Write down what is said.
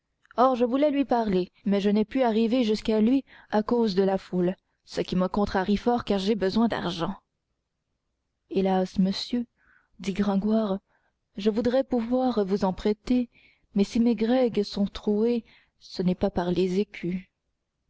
or je voulais lui parler mais je n'ai pu arriver jusqu'à lui à cause de la foule ce qui me contrarie fort car j'ai besoin d'argent hélas monsieur dit gringoire je voudrais pouvoir vous en prêter mais si mes grègues sont trouées ce n'est pas par les écus